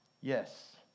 Yes